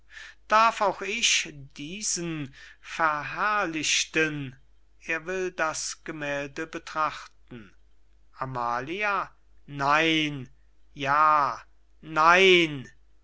darf auch ich diesen verherrlichten er will das gemählde betrachten amalia nein ja nein